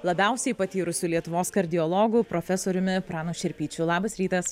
labiausiai patyrusių lietuvos kardiologu profesoriumi pranu šerpyčiu labas rytas